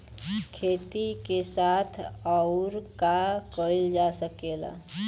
खेती के साथ अउर का कइल जा सकेला?